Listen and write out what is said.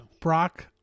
Brock